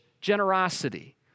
generosity